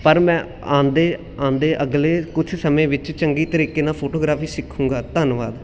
ਪਰ ਮੈਂ ਆਉਂਦੇ ਆਉਂਦੇ ਅਗਲੇ ਕੁਛ ਸਮੇਂ ਵਿੱਚ ਚੰਗੇ ਤਰੀਕੇ ਨਾਲ ਫੋਟੋਗ੍ਰਾਫੀ ਸਿੱਖੂਗਾ ਧੰਨਵਾਦ